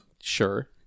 sure